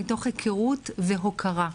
מתוך היכרות והוקרה.